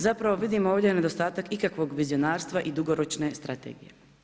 Zapravo vidimo ovdje nedostatak ikakvog vizionarstva i dugoročne strategije.